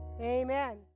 Amen